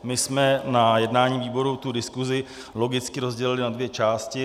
My jsme na jednání výboru tu diskusi logicky rozdělili na dvě části.